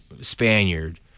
Spaniard